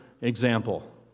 example